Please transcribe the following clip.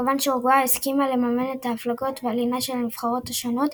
מכיוון שאורוגוואי הסכימה לממן את ההפלגות והלינה של הנבחרות השונות,